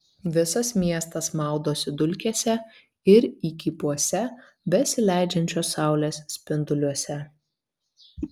visas miestas maudosi dulkėse ir įkypuose besileidžiančios saulės spinduliuose